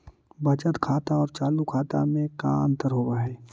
बचत खाता और चालु खाता में का अंतर होव हइ?